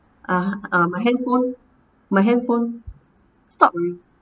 ah my handphone my handphone stopped already